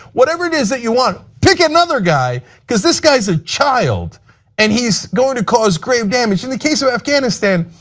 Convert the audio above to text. whatever it is that you want, pick another guy because this guy is a child and he is going to cause great damage dined the case of afghanistan,